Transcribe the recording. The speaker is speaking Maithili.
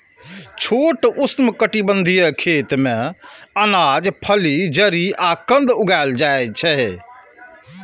छोट उष्णकटिबंधीय खेत मे अनाज, फली, जड़ि आ कंद उगाएल जाइ छै